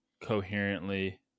coherently